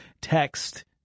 text